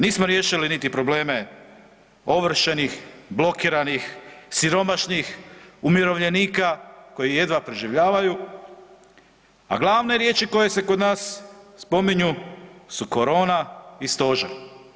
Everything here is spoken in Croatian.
Nismo riješili niti probleme ovršenih, blokiranih, siromašnih, umirovljenika koji jedna preživljavaju, a glave riječi koje se kod nas spominju su korona i stožer.